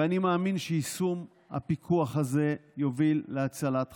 ואני מאמין שיישום הפיקוח הזה יוביל להצלת חיים.